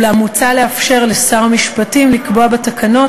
אולם מוצע לאפשר לשר המשפטים לקבוע בתקנות